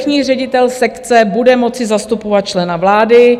Vrchní ředitel sekce bude moci zastupovat člena vlády.